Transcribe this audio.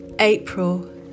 April